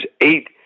eight